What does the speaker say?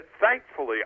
thankfully